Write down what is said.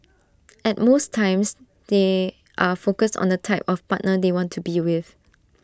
and most times they are focused on the type of partner they want to be with